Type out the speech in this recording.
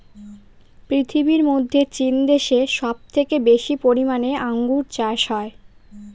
পৃথিবীর মধ্যে চীন দেশে সব থেকে বেশি পরিমানে আঙ্গুর চাষ হয়